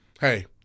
Hey